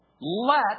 let